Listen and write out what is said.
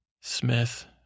Smith